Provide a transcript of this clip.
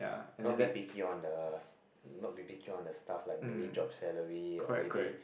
not B B key on the not B B key on the stuff like maybe job salary or maybe